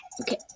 Okay